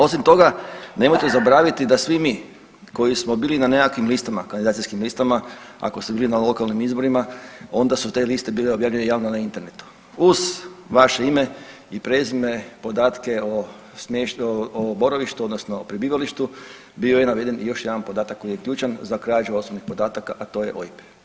Osim toga nemojte zaboraviti da svi mi koji smo bili na nekakvim listama, kandidacijskim listama ako ste bili na lokalnim izborima onda su te liste bile objavljene javno na internetu uz vaše ime i prezime podatke o boravištu odnosno o prebivalištu bio je naveden i još jedan podatak koji je ključan za krađu osobnih podataka, a to je OIB.